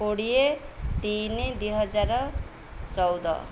କୋଡ଼ିଏ ତିନି ଦୁଇ ହଜାର ଚଉଦ